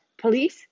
Police